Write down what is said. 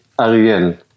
Ariel